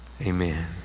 amen